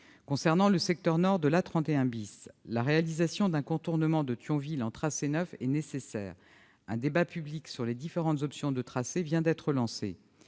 concerne le secteur septentrional de l'A31 , la réalisation d'un contournement de Thionville en tracé neuf est nécessaire. Un débat public sur les différentes options de tracé vient d'être lancé,